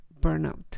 burnout